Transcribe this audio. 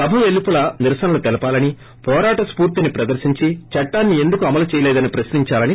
సభ పెలుపల నిరసనలు తెలపాలని వోరాట స్ఫూర్తిని ప్రదర్శించి చట్టాన్ని ఎందుకు అమలు చేయలేదని ప్రశ్నించాలి